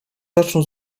zaczną